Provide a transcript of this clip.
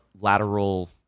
lateral